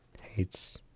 hates